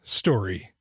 story